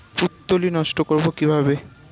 পুত্তলি নষ্ট করব কিভাবে?